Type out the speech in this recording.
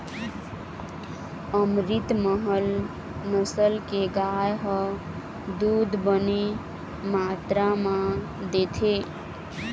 अमरितमहल नसल के गाय ह दूद बने मातरा म देथे